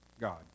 God